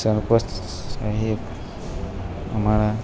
સરપંચ સાહેબ અમારા